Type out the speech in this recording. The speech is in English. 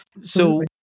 So-